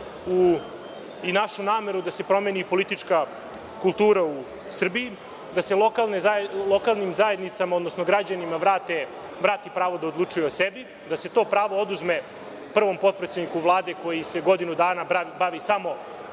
i našu nameru da se promeni politička kultura u Srbiji, da se lokalnim zajednicama, odnosno građanima vrati pravo da odlučuju o sebi, da se to pravo oduzme prvom potpredsedniku Vlade koji se godinu dana bavi samo